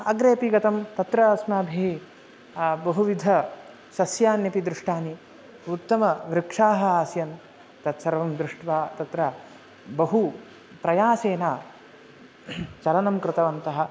अग्रेपि गतं तत्र अस्माभिः बहुविधसस्यान्यपि दृष्टानि उत्तमवृक्षाः आसन् तत्सर्वं दृष्ट्वा तत्र बहु प्रयासेन चलनं कृतवन्तः